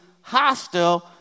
hostile